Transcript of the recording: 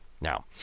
Now